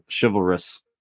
chivalrous